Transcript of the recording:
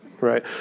right